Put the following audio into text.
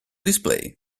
display